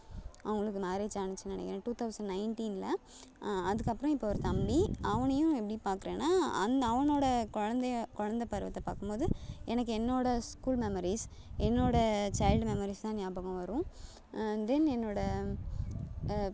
அவங்களுக்கு மேரேஜ் ஆகிச்சுன்னு நினைக்கிறேன் டூ தௌசண்ட் நைன்டீனில் அதுக்கப்புறம் இப்போ ஒரு தம்பி அவனையும் எப்படி பார்க்குறேன்னா அந் அவனோடய குழந்தைய குழந்த பருவத்தை பார்க்கும் போது எனக்கு என்னோடய ஸ்கூல் மெமரிஸ் என்னோடய சைல்டு மெமரிஸ் தான் ஞாபகம் வரும் தென் என்னோடய